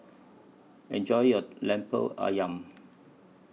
Enjoy your Lemper Ayam